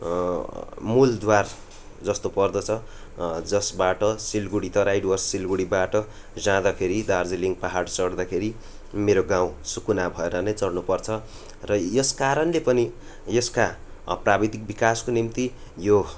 मूलद्वार जस्तो पर्दछ जसबाट सिलगढी तराई डुवर्स सिलगढीबाट जाँदाखेरि दार्जिलिङ पाहाड चढ्दाखेरि मेरो गाउँ सुकुना भएर नै चढ्नुपर्छ र यस कारणले पनि यसका प्राविधिक विकासको निम्ति यो